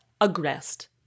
aggressed